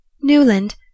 Newland